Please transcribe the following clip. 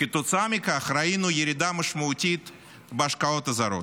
כתוצאה מכך ראינו ירידה משמעותית בהשקעות הזרות.